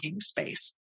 space